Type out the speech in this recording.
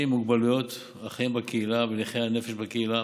עם מוגבלויות החיים בקהילה ולנכי הנפש בקהילה